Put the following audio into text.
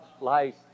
life